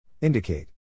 Indicate